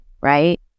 Right